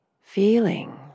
feeling